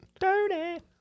dirty